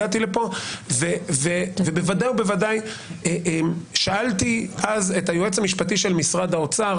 הגעתי לכאן ובוודאי שאלתי אז את היועץ המשפטי של משרד האוצר